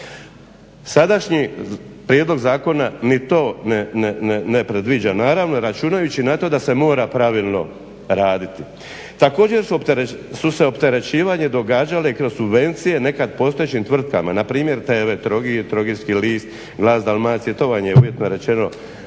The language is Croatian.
Sadašnji prijedlog zakona ni to ne predviđa, naravno računajući na to da se mora pravilno raditi. Također su se opterećivanja događala kroz subvencije u nekad postojećim tvrtkama npr. TV Trogir, Trogirski list, Glas Dalmacije, to vam je uvjetno rečeno